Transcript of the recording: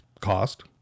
cost